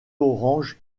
orange